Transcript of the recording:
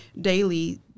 daily